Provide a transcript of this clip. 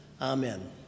Amen